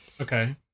Okay